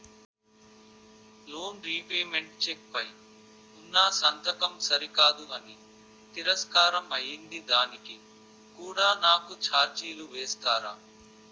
Loan repayment cheque పై ఉన్నా సంతకం సరికాదు అని తిరస్కారం అయ్యింది దానికి కూడా నాకు ఛార్జీలు వేస్తారా?